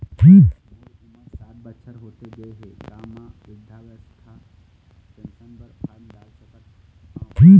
मोर उमर साठ बछर होथे गए हे का म वृद्धावस्था पेंशन पर फार्म डाल सकत हंव?